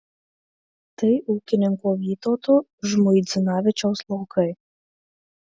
tai ūkininko vytauto žmuidzinavičiaus laukai